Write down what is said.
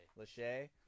Lachey